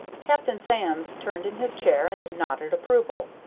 captain sands turned in his chair and nodded approval.